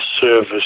service